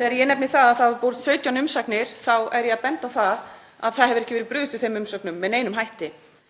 Þegar ég nefni það að það hafi borist 17 umsagnir þá er ég að benda á að það hefur ekki verið brugðist við þeim umsögnum með neinum hætti.